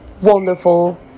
wonderful